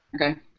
Okay